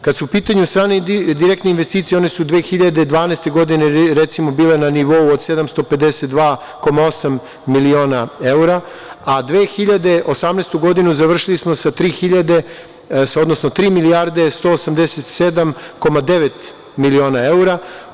Kada su u pitanju strane direktne investicije, one su 2012. godine recimo bile na nivou od 752,8 miliona evra, a 2018. godinu završili smo sa tri milijarde 187,9 miliona evra.